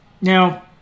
Now